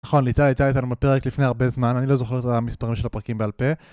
נכון, ליטל הייתה לנו בפרק לפני הרבה זמן, אני לא זוכר את המספרים של הפרקים בעל פה